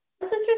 sisters